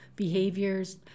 behaviors